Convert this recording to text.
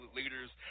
leaders